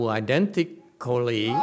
identically